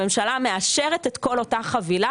הממשלה מאשרת את כל החבילה,